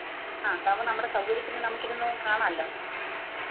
ആ അതാകുമ്പോൾ നമ്മുടെ സൗകര്യത്തിന് നമുക്കിരുന്നു കാണാമല്ലോ